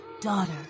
daughter